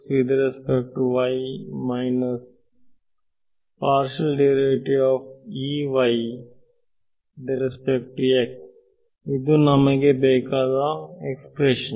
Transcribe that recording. ಆದ್ದರಿಂದ ಇದು ನಮಗೆ ಬೇಕಾದ ಎಕ್ಸ್ಪ್ರೆಶನ್